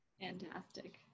Fantastic